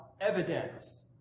evidence